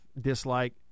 dislike